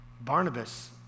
Barnabas